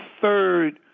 third